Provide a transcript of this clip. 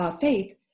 faith